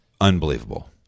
unbelievable